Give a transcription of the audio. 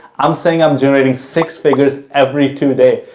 i'm saying i'm generating six figures every two days.